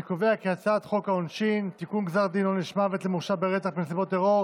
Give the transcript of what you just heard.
כי לא שיניתי את עמדתי בגלל המעבר מפה לשם או מהכיסא הזה לכיסא הזה.